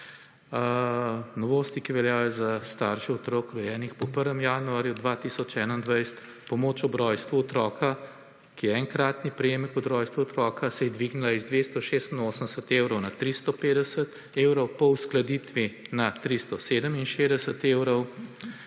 Novosti, ki veljajo za starše otrok rojenih po 1. januarju 2021, pomoč ob rojstvu otroka, ki je enkratni prejemek od rojstva otroka se je dvignila iz 286 evrov na 350 evrov po uskladitvi na 367 evrov.